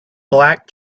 black